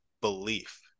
belief